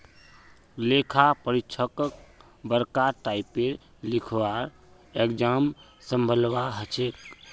लेखा परीक्षकक बरका टाइपेर लिखवार एग्जाम संभलवा हछेक